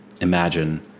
imagine